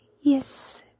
yes